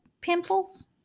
pimples